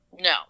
No